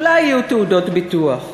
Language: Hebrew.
אולי יהיו תעודות ביטוח,